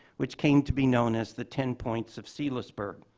which came to be known as the ten points of seelisberg.